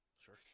Sure